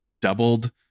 doubled